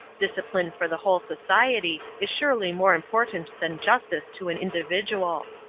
discipline for the whole society is surely more important than justice to an individual.